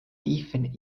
tiefen